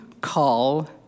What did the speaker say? call